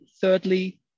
Thirdly